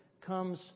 comes